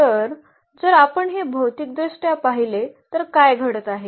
तर जर आपण हे भौमितिकदृष्ट्या पाहिले तर काय घडत आहे